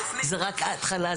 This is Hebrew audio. זה רק ההתחלה,